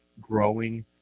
growing